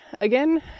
again